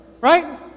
right